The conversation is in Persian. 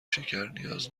شکرنیاز